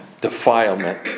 defilement